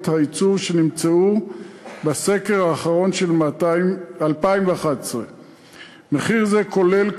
הייצור שנמצאו בסקר האחרון של 2011. מחיר זה כולל,